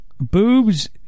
boobs